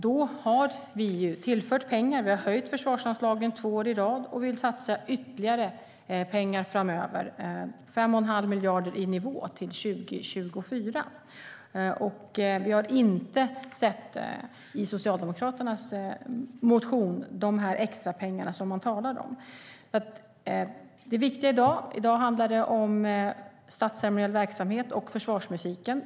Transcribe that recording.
Vi har tillfört pengar, höjt försvarsanslagen två år i rad, och vi vill satsa ytterligare pengar framöver - 5 1⁄2 miljard till 2024. Vi har inte sett i Socialdemokraternas motion de extra pengar man talar om. I dag handlar det om statsceremoniell verksamhet och Försvarsmusiken.